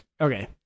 Okay